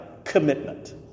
commitment